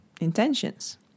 intentions